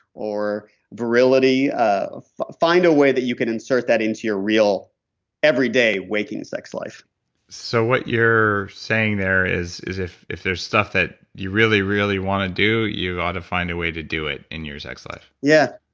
or virility, ah find a way that you could insert that into your real everyday waking sex life so what you're saying there is is if if there's stuff that you really really want to do, you ought to find a way to do it in your sex life yeah.